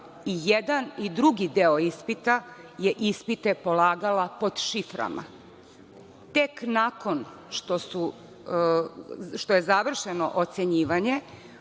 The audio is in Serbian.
i jedan i drugi deo ispita je ispite polagala pod šiframa. Tek nakon što je završeno ocenjivanje